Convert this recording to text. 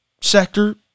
sector